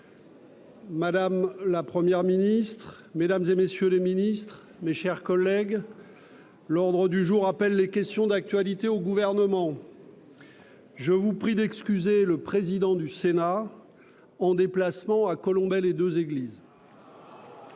Madame la première ministre, mesdames et messieurs les ministres, mes chers collègues, l'ordre du jour appelle les questions d'actualité au gouvernement. Je vous prie d'excuser le président du Sénat, en déplacement à Colombey les 2 églises.